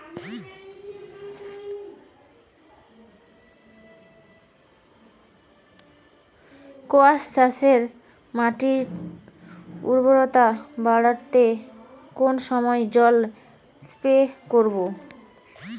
কোয়াস চাষে মাটির উর্বরতা বাড়াতে কোন সময় জল স্প্রে করব?